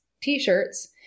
t-shirts